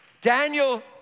Daniel